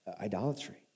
idolatry